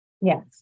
Yes